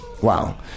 Wow